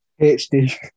HD